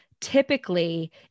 Typically